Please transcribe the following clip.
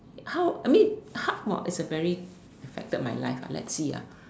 how I mean how it's a very affected my life ah let's see ah